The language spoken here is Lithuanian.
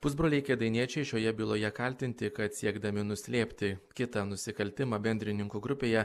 pusbroliai kėdainiečiai šioje byloje kaltinti kad siekdami nuslėpti kitą nusikaltimą bendrininkų grupėje